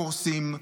קורסים,